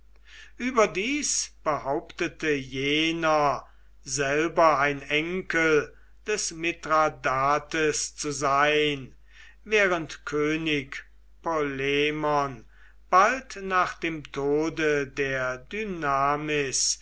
überdies behauptete jener selber ein enkel des mithradates zu sein während könig polemon bald nach dem tode der